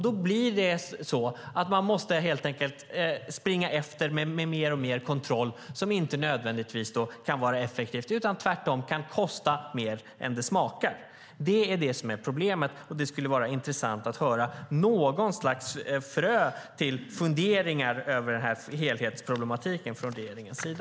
Då måste man helt enkelt springa efter med mer och mer kontroll som inte nödvändigtvis behöver vara effektiv utan som tvärtom kan kosta mer än det smakar. Det är det som är problemet, och det skulle vara intressant att höra om något slags frö till funderingar över denna helhetsproblematik från regeringens sida.